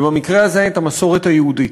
ובמקרה הזה את המסורת היהודית,